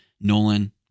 Nolan